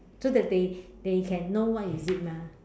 so that they they can know what is it mah